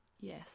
Yes